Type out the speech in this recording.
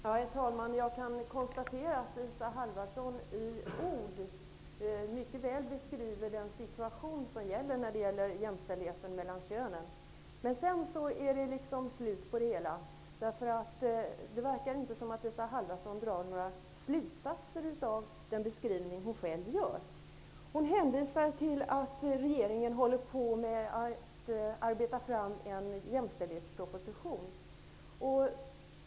Herr talman! I ord beskriver Halvarsson mycket väl den situation som gäller i fråga om jämställdheten mellan könen. Men något mera blir det inte. Isa Halvarsson verkar inte dra några slutsatser av den beskrivning som hon själv gör. Hon hänvisar till att regeringen är i färd med att arbeta fram en jämställdhetsproposition.